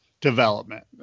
development